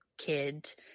kids